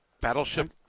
Battleship